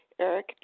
Eric